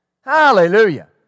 Hallelujah